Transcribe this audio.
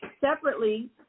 separately